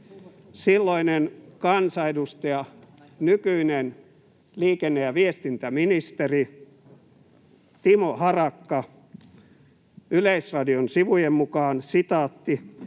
silloinen kansanedustaja, nykyinen liikenne- ja viestintäministeri Timo Harakka Yleisradion sivujen mukaan ”aloitti